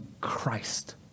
Christ